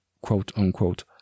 quote-unquote